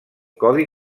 codi